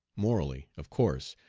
morally, of course,